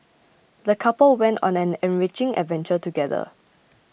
the couple went on an enriching adventure together